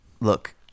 Look